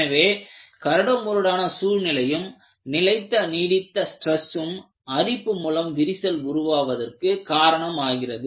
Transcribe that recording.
எனவே கரடுமுரடான சூழ்நிலையும் நிலைத்த நீடித்த ஸ்ட்ரெஸ்ஸும் அரிப்பு மூலம் விரிசல் உருவாவதற்கு காரணம் ஆகிறது